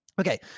Okay